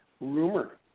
rumor